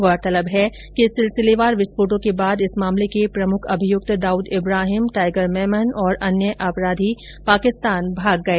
गौरतलब है कि सिलसिलेवार विस्फोटों के बाद इस मामले के प्रमुख अभियुक्त दाऊद इब्राहीम टाइगर मेमन और अन्य अपराधी पाकिस्तान भाग गए